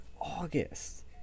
August